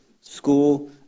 school